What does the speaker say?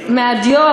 מהדיו,